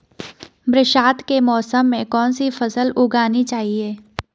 बरसात के मौसम में कौन सी फसल उगानी चाहिए?